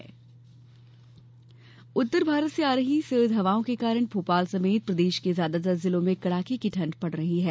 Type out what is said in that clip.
मौसम उत्तर भारत से आ रही सर्द हवाओं के कारण भोपाल समेत प्रदेश के ज्यादातर जिलों में कड़ाके की ठंड पड़ रही है